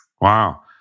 Wow